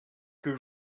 que